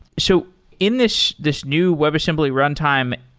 so in this this new webassembly runtime,